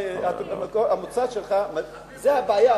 המוצא שלך, זה הבעיה.